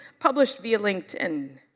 published via linkedin.